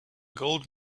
gold